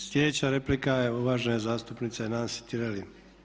Sljedeća replika je uvažena zastupnica Nansi Tireli.